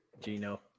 Gino